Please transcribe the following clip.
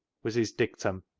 was his dictum.